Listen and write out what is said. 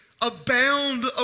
abound